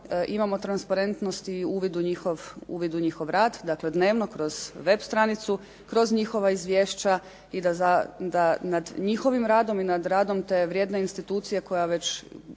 imamo transparentnost i uvid u njihov rad, dnevno kroz web stranicu, kroz njihova izvješća i da nad njihovim radom i da nad radom te vrijedne institucije koja već